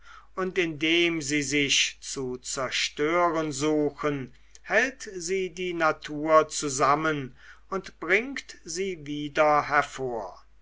und indem sie sich zu zerstören suchen hält sie die natur zusammen und bringt sie wieder hervor